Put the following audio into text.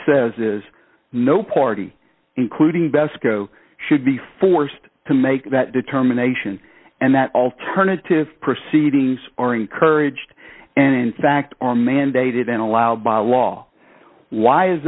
says is no party including best should be forced to make that determination and that alternative proceedings are encouraged and in fact mandated and allowed by law why is